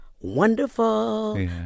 Wonderful